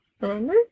Remember